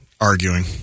arguing